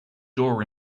door